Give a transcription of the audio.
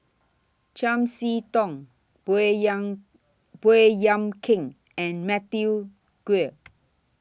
Chiam See Tong Baey Yam Baey Yam Keng and Matthew Ngui